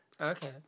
okay